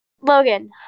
Logan